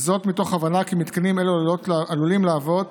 זאת, מתוך הבנה כי מתקנים אלה עלולים להוות